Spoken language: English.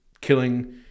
killing